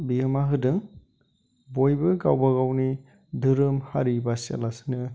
बिहोमा होदों बयबो गावबागावनि धोरोम हारि बासिया लासिनो